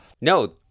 No